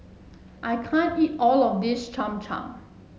I can't eat all of this Cham Cham